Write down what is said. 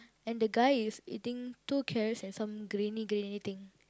and the guy is eating two carrots and some grainy grainy thing